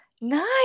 Nice